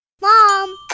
Mom